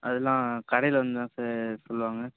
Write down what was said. அதெல்லாம் கடையில் வந்து தான் சார் சொல்வாங்க